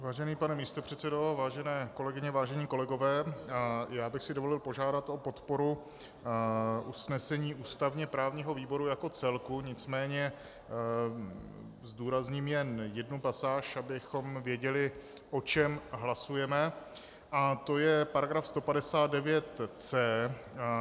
Vážený pane místopředsedo, vážené kolegyně, vážení kolegové, já bych si dovolil požádat o podporu usnesení ústavněprávního výboru jako celku, nicméně zdůrazním jen jednu pasáž, abychom věděli, o čem hlasujeme, a to je § 159c.